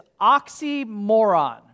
oxymoron